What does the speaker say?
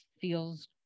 feels